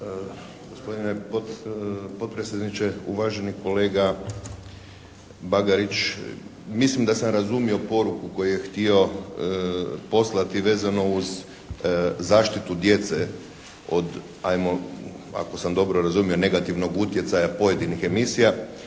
Gospodine potpredsjedniče. Uvaženi kolega Bagarić mislim da sam razumio poruku koju je htio poslati vezanu uz zaštitu djece od ajmo ako sam dobro razumio, negativnog utjecaja pojedinih emisija.